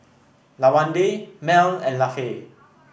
Lawanda Mel and Lafe